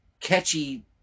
catchy